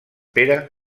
pere